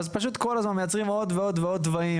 אז פשוט מייצרים כל הזמן עוד ועוד תוואים.